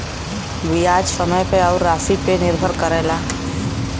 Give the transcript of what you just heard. बियाज समय पे अउर रासी पे निर्भर करेला